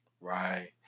Right